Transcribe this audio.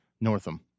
Northam